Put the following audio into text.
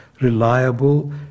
reliable